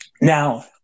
Now